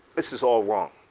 this is all wrong.